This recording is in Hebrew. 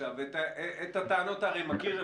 את הטענות אתה מכיר,